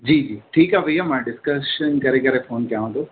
जी जी ठीकु आहे भैया मां डिस्कशन करे करे फ़ोन कयांव थो